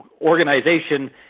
organization